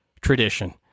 tradition